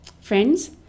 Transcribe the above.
Friends